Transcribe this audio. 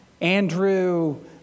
Andrew